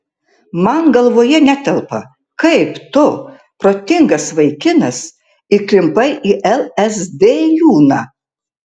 man galvoje netelpa kaip tu protingas vaikinas įklimpai į lsd liūną